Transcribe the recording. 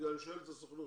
אני שואל את הסוכנות.